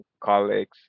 colleagues